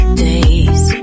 days